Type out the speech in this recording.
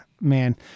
man